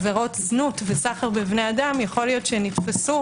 עבירות זנות וסחר בבני אדם יכול להיות שנתפסו